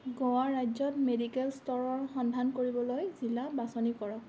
গোৱা ৰাজ্যত মেডিকেল ষ্ট'ৰৰ সন্ধান কৰিবলৈ জিলা বাচনি কৰক